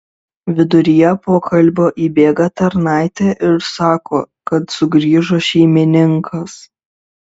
viduryje pokalbio įbėga tarnaitė ir sako kad sugrįžo šeimininkas